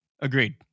Agreed